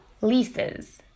leases